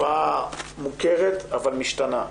בתופעה שמוכרת אבל משתנה.